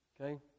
okay